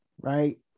right